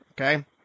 okay